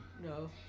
No